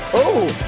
ooh!